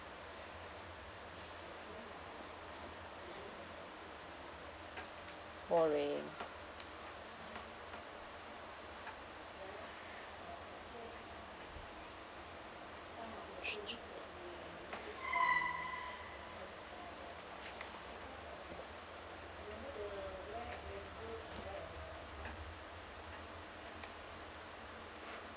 boring